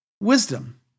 wisdom